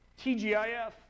TGIF